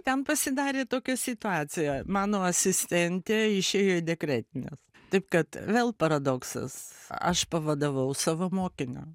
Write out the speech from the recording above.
ten pasidarė tokia situacija mano asistentė išėjo į dekretines taip kad vėl paradoksas aš pavadavau savo mokinę